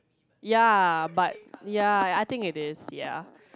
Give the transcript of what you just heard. ya but ya I think it is ya